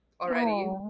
already